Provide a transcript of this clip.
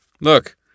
Look